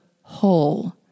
whole